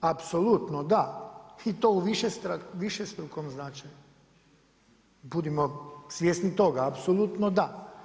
Apsolutno da i to u višestrukom značenju budimo svjesni toga, apsolutno da.